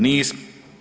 Nismo.